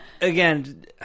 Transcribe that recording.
again